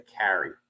carry